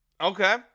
Okay